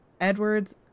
edwards